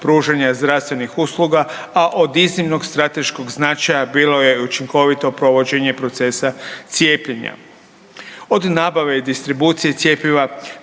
pružanja zdravstvenih usluga, a od iznimnog strateškog značaja, bilo je učinkovito provođenje procesa cijepljenja. Od nabave i distribucije cjepiva,